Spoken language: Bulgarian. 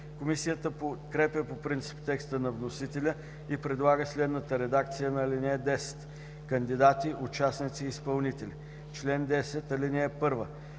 Комисията подкрепя по принцип текста на вносителя и предлага следната редакция на чл. 10: „Кандидати, участници и изпълнители Чл. 10. (1)